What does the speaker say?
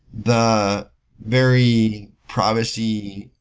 the very privacy-centric